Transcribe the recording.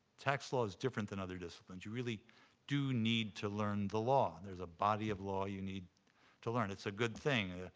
tax law is different than other disciplines. you really do need to learn the law. there's a body of law you need to learn. it's a good thing.